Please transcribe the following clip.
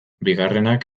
bigarrenak